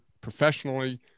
professionally